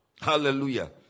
Hallelujah